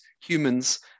humans